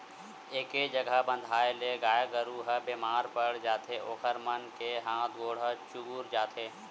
एके जघा बंधाए ले गाय गरू ह बेमार पड़ जाथे ओखर मन के हात गोड़ ह चुगुर जाथे